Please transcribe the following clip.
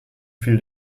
fiel